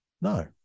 No